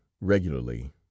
regularly